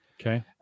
Okay